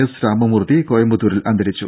S Ramamurthy കോയമ്പത്തൂരിൽ അന്തരിച്ചു